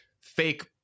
fake